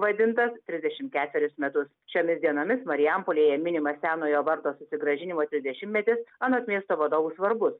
vadintas trisdešimt ketverius metus šiomis dienomis marijampolėje minima senojo vardo susigrąžinimo trisdešimtmetis anot miesto vadovų svarbus